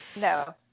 no